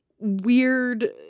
weird